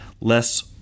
less